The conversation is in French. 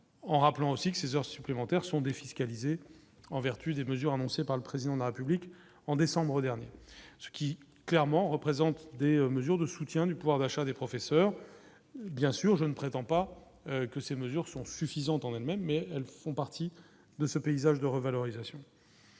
en rappelant aussi que ces heures supplémentaires sont défiscalisées en vertu des mesures annoncées par le président de la République en décembre dernier, ce qui, clairement, représentent des mesures de soutien du pouvoir d'achat des professeurs, bien sûr, je ne prétends pas que ces mesures sont suffisantes en elles-mêmes, mais elles font partie de ce paysage de revalorisation,